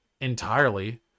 Entirely